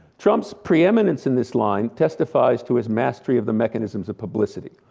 trump's pre-eminence in this line testifies to his mastery of the mechanisms of publicity.